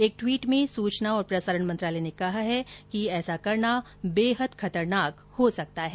एक ट्वीट में सुचना और प्रसारण मंत्रालय ने कहा है कि ऐसा करना बेहद खतरनाक हो सकता है